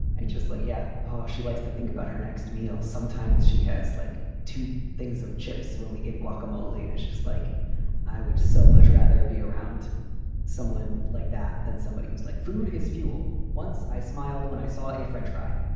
i just like. yeah. how she likes to think about her next meal. sometimes she has like two things of chips when we get guacamole. and it's just like i would so much rather be around someone like that than somebody who's like food is fuel. once i smiled when i saw a french fry,